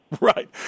Right